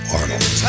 Arnold